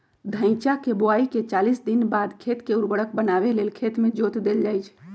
धइचा के बोआइके चालीस दिनबाद खेत के उर्वर बनावे लेल खेत में जोत देल जइछइ